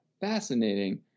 fascinating